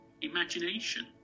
imagination